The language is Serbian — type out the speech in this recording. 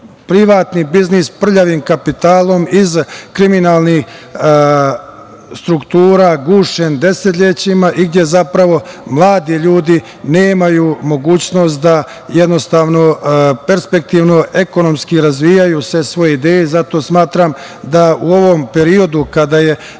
privatni biznis prljavim kapitalom iz kriminalnih struktura gušen desetlećima i gde zapravo mladi ljudi nemaju mogućnost da jednostavno, perspektivno ekonomski razvijaju sve svoje ideje. Zato smatram da u ovom periodu kada je